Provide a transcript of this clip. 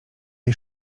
jej